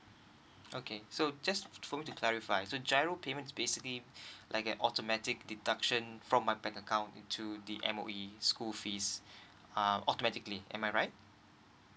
okay so just for me to clarify so G_I_R_O payment is basically like an automatic deduction from my bank account into the M_O_E school fees uh authentically am I right